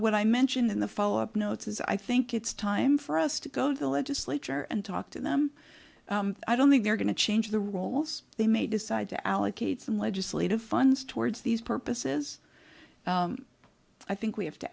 what i mentioned in the follow up notes is i think it's time for us to go to the legislature and talk to them i don't think they're going to change the rolls they may decide to allocate some legislative funds towards these purposes i think we have to